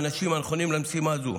אתם האנשים הנכונים למשימה זאת.